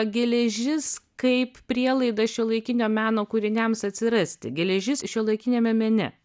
geležis kaip prielaida šiuolaikinio meno kūriniams atsirasti geležis šiuolaikiniame mene